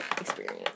experience